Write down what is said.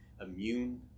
immune